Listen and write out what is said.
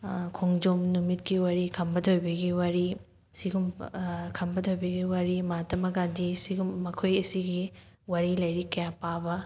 ꯈꯣꯡꯖꯣꯝ ꯅꯨꯃꯤꯠꯀꯤ ꯋꯥꯔꯤ ꯈꯝꯕ ꯊꯣꯏꯕꯤꯒꯤ ꯋꯥꯔꯤ ꯁꯤꯒꯨꯝꯕ ꯈꯝꯕ ꯊꯣꯏꯕꯤꯒꯤ ꯋꯥꯔꯤ ꯃꯍꯥꯇꯃꯥ ꯒꯥꯟꯙꯤ ꯁꯤꯒꯨꯝꯕ ꯃꯈꯣꯏ ꯑꯁꯤꯒꯤ ꯋꯥꯔꯤ ꯂꯥꯏꯔꯤꯛ ꯀꯌꯥ ꯄꯥꯕ